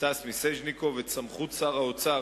סטס מיסז'ניקוב את סמכות שר האוצר,